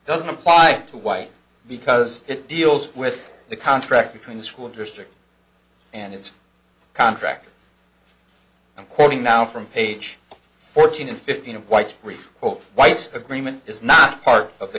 doesn't apply to white because it deals with the contract between the school district and its contractor i'm quoting now from page fourteen and fifteen of white white's agreement is not part of the